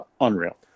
unreal